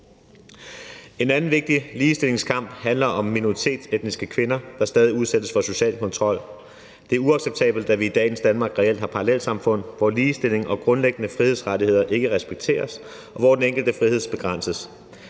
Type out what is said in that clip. En anden vigtig ligestillingskamp handler om minoritetsetniske kvinder, der stadig udsættes for social kontrol. Det er uacceptabelt, at vi i dagens Danmark reelt har parallelsamfund, hvor ligestilling og grundlæggende frihedsrettigheder ikke respekteres, og hvor den enkeltes frihed begrænses.